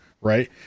right